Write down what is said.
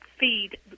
feed